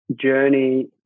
journey